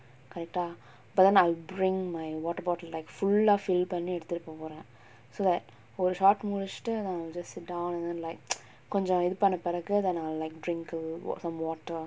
correct ah அப்பதா:appatha but then I'll bring my water bottle like full ah fill பண்ணி எடுத்துட்டு போ போறேன்:panni eduthuttu po poren so that ஒரு:oru shot முடிச்சுட்டு:mudichuttu I'll just sit down and then like கொஞ்ச இது பண்ண பிறகு:konja ithu panna piragu then I will like drink some water